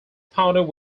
pounded